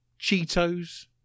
Cheetos